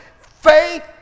faith